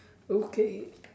okay